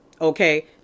okay